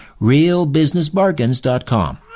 realbusinessbargains.com